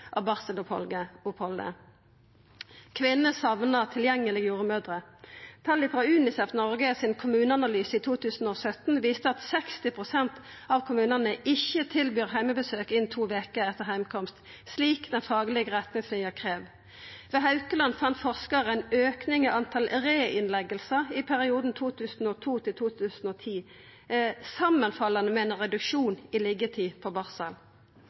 i 2017 viste at 60 pst. av kommunane ikkje tilbyr heimebesøk innan to veker etter heimkomst, slik den faglege retningslinja krev. Ved Haukeland fann forskarar ein auke i talet på reinnleggingar i perioden 2002 til 2010, samanfallande med ein reduksjon i liggjetid på barsel.